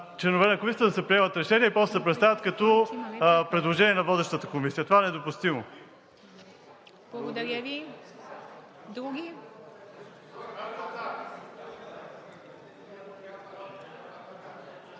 членове на комисията да се приемат решения и после да се представят като предложения на водещата комисия. Това е недопустимо. Благодаря.